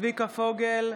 צביקה פוגל,